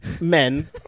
men